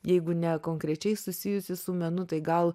jeigu ne konkrečiai susijusį su menu tai gal